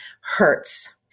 hurts